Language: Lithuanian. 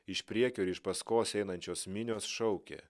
iš priekio ir iš paskos einančios minios šaukė